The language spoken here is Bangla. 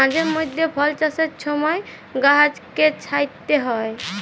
মাঝে মইধ্যে ফল চাষের ছময় গাহাচকে ছাঁইটতে হ্যয়